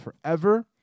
Forever